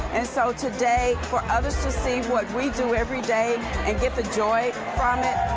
and so, today, for others to see what we do every day and get the joy from it,